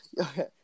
okay